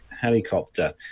helicopter